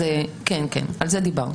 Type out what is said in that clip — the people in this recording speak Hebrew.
על זה דיברנו.